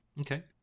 Okay